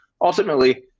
ultimately